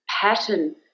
pattern